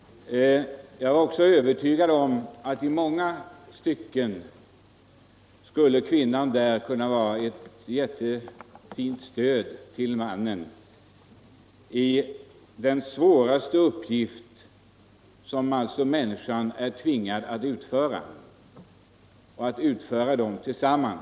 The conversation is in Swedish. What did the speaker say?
Jag är övertygad om att kvinnan där också skulle kunna vara ett jättefint stöd åt mannen i den svåraste uppgift som människan är tvingad att utföra.